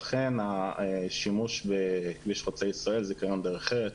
אכן השימוש בכביש חוצה ישראל זכיון דרך ארץ